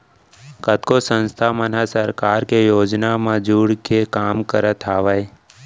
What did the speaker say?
कतको संस्था मन ह सरकार के योजना मन ले जुड़के काम करत हावय